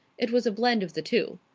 it was a blend of the two.